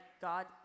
God